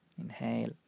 inhale